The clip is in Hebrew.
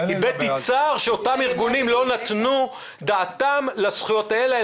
הבעתי צער על כך שאותם ארגונים לא נתנו דעתם לזכויות האלה,